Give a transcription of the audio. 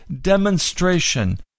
demonstration